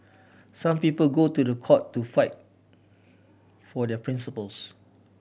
some people go to the court to fight for their principles